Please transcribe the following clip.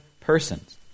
persons